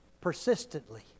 persistently